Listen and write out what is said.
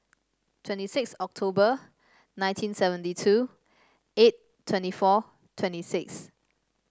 twenty six October nineteen seventy two eight twenty four twenty six